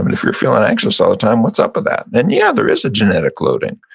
but if you're feeling anxious all the time, what's up with that? and yeah, there is a genetic loading.